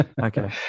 Okay